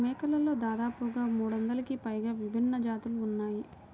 మేకలలో దాదాపుగా మూడొందలకి పైగా విభిన్న జాతులు ఉన్నాయి